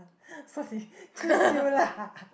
so he choose you lah